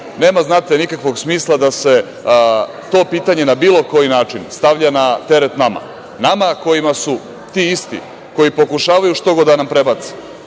Nema nikakvog smisla da se to pitanje na bilo koji način stavlja na teret nama, nama kojima su ti isti, koji pokušavaju štogod da nam prebace,